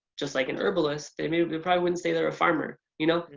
just like an herbalist, they i mean they probably wouldn't say they're a farmer you know?